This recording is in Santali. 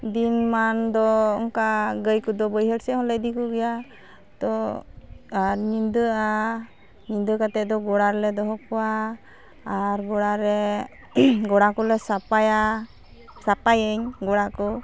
ᱫᱤᱱᱢᱟᱱᱫᱚ ᱚᱱᱠᱟ ᱜᱟᱹᱭ ᱠᱚᱫᱚ ᱵᱟᱹᱭᱦᱟᱹᱲ ᱥᱮᱫᱦᱚᱸᱞᱮ ᱤᱫᱤ ᱠᱚᱜᱮᱭᱟ ᱛᱳ ᱟᱨ ᱧᱤᱫᱟᱹᱜᱼᱟ ᱧᱤᱫᱟᱹ ᱠᱟᱛᱮᱫ ᱫᱚ ᱜᱚᱲᱟ ᱨᱮᱞᱮ ᱫᱚᱦᱚ ᱠᱚᱣᱟ ᱟᱨ ᱜᱚᱲᱟᱨᱮ ᱜᱚᱲᱟ ᱠᱚᱞᱮ ᱥᱟᱯᱷᱟᱭᱟ ᱥᱟᱯᱟᱭᱟᱹᱧ ᱜᱚᱲᱟᱠᱚ